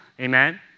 Amen